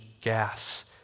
gas